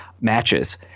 matches